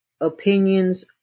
opinions